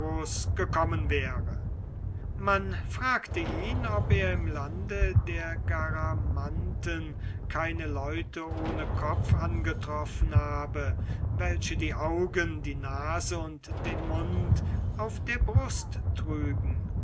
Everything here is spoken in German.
gekommen wäre man fragte ihn ob er im lande der garamanten keine leute ohne kopf angetroffen habe welche die augen die nase und den mund auf der brust trügen